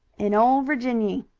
in ole virginny.